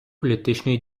політичної